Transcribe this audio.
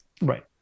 Right